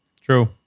True